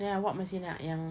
then awak masih nak yang